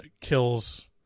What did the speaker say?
kills